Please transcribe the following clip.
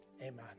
Amen